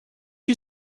you